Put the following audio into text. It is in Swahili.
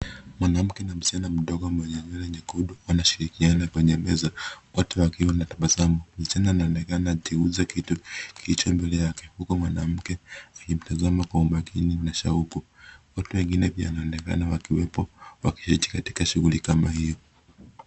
Mwanamke na msichana mdogo mwenye nywele nyekundu wanashirikiana kwenye meza wote wakiwa na tabasamu. Msichana anaonekana akigisa kitu kilicho mbele yake, huku mwanamke akimtazama kwa umakini na shauku. Watu wengine pia wanaonekana wakiwepo wakiwa katika shughuli kama hiyo.